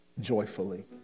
joyfully